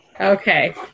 Okay